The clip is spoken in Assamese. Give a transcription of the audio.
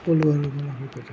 ক'লোঁ আৰু মোৰ অভিজ্ঞতা